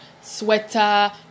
sweater